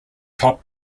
top